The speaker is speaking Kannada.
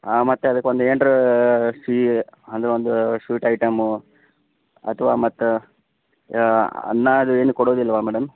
ಮತ್ತೆ ಅದಕ್ಕೊಂದು ಏನಾರೂ ಸಿಹಿ ಹಲ್ವಾ ಅಂದರೆ ಒಂದು ಸ್ವೀಟ್ ಐಟಮ್ ಅಥವಾ ಮತ್ತು ಅನ್ನ ಅದು ಏನು ಕೊಡುವುದಿಲ್ವಾ ಮೇಡಮ್